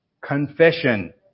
confession